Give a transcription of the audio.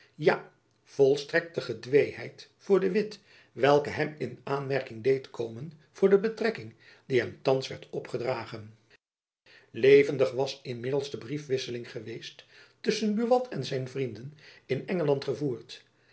ja volstrekte gedweeheid voor de witt welke hem in aanmerking deed komen voor de betrekking die hem thands werd opgedragen levendig was inmiddels de briefwisseling geweest tusschen buat en zijn vrienden in engeland gevoerd